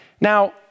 Now